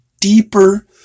deeper